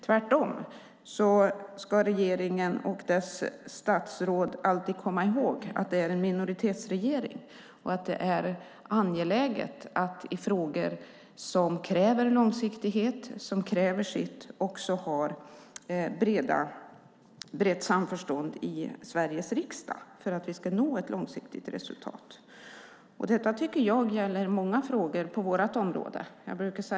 Tvärtom ska statsråden alltid komma ihåg att regeringen är en minoritetsregering och att det är angeläget att i långsiktiga frågor också ha ett brett samförstånd i Sveriges riksdag så att resultatet blir långsiktigt. Detta tycker jag gäller många frågor på vårt område.